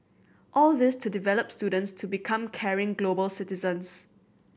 all this to develop students to become caring global citizens